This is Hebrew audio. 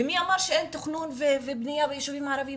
ומי אמר שאין תכנון ובנייה ביישובים הערבים?